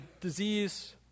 disease